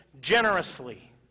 generously